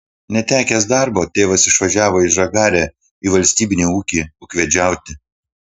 netekęs darbo tėvas išvažiavo į žagarę į valstybinį ūkį ūkvedžiauti